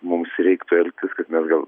mums reiktų elgtis kad mes gal